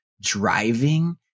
driving